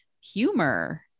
humor